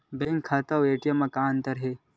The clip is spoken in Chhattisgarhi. बैंक खाता ए.टी.एम मा का अंतर हे?